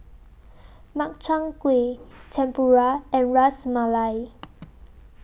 Makchang Gui Tempura and Ras Malai